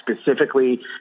specifically